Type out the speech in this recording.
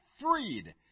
Freed